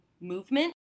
movement